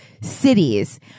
cities